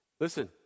listen